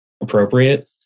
appropriate